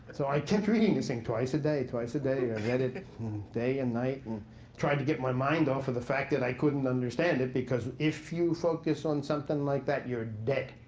so i kept reading this thing twice a day, twice a day. i read it day and night and tried to get my mind off of the fact that i couldn't understand it. because if you focus on something like that, you're dead.